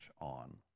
on